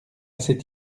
cette